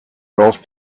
golf